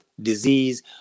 disease